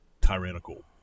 tyrannical